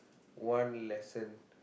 one lesson